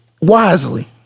wisely